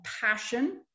passion